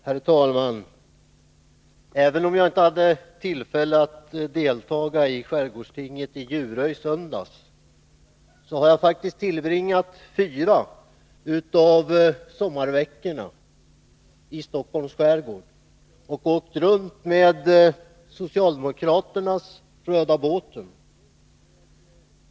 Herr talman! Även om jag inte hade tillfälle att delta i skärgårdstinget i Djurö i söndags, har jag faktiskt tillbringat fyra av sommarveckorna i Stockholms skärgård. Jag har åkt omkring med socialdemokraternas ”Röda båten”.